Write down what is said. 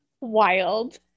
wild